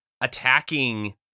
attacking